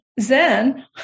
Zen